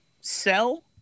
sell